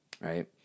right